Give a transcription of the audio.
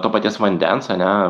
to paties vandens ane